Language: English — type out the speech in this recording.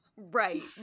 Right